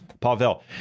Pavel